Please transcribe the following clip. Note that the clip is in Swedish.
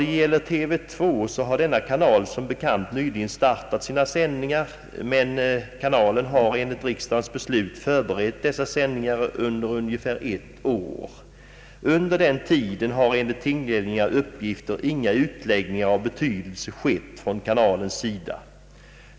Vad gäller TV 2 har denna kanal nyligen startat sina sändningar, men kanalen har enligt riksdagens beslut förberett sändningarna under ungefär ett år. Under den tiden har enligt tillgängliga uppgifter inga utläggningar av betydelse skett från kanalens sida.